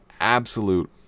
absolute